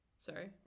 Sorry